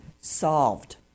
solved